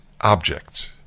objects